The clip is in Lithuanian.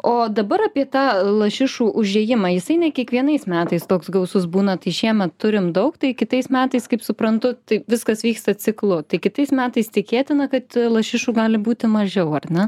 o dabar apie tą lašišų užėjimą jisai ne kiekvienais metais toks gausus būna tai šiemet turim daug tai kitais metais kaip suprantu tai viskas vyksta ciklu tai kitais metais tikėtina kad lašišų gali būti mažiau ar ne